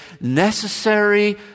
necessary